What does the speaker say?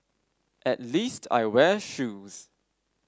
at least I wear shoes